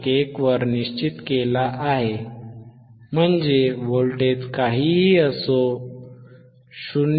1 वर निश्चित केला आहे म्हणजे व्होल्टेज काहीही असो 0